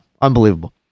unbelievable